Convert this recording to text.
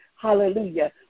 hallelujah